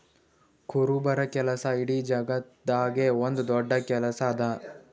ಕುರುಬರ ಕೆಲಸ ಇಡೀ ಜಗತ್ತದಾಗೆ ಒಂದ್ ದೊಡ್ಡ ಕೆಲಸಾ ಅದಾ